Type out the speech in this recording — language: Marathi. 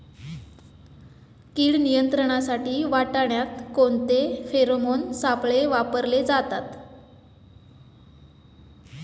कीड नियंत्रणासाठी वाटाण्यात कोणते फेरोमोन सापळे वापरले जातात?